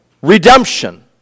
redemption